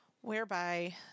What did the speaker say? whereby